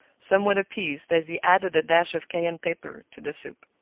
somewhat appeased, as he added a dash of cayenne pepper to the soup.